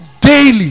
daily